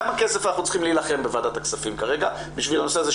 על כמה כסף אנחנו צריכים להילחם בוועדת הכספים כרגע בשביל הנושא של